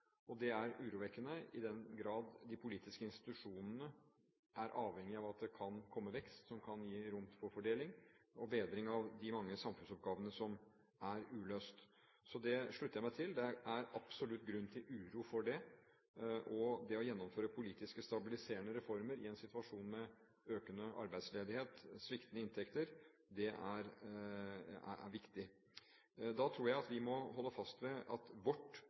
Det er urovekkende i den grad de politiske institusjonene er avhengig av at det kommer vekst som kan gi rom for fordeling og bedring av de mange uløste samfunnsoppgavene. Så det slutter jeg meg til. Det er absolutt grunn til uro for det, og det å gjennomføre politisk stabiliserende reformer i en situasjon med økende arbeidsledighet og sviktende inntekter er viktig. Jeg tror at vi må holde fast ved at vårt